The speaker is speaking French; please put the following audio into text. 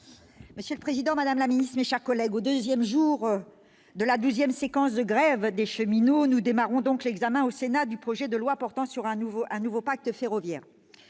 Monsieur le président, madame la ministre, mes chers collègues, au deuxième jour de la douzième séquence de grève des cheminots, nous entamons l'examen au Sénat du projet de loi pour un nouveau pacte ferroviaire.